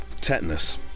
tetanus